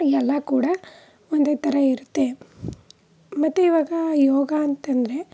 ಎಲ್ಲ ಕೂಡ ಒಂದೇ ಥರ ಇರುತ್ತೆ ಮತ್ತು ಇವಾಗ ಯೋಗ ಅಂತಂದರೆ